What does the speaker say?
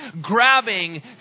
grabbing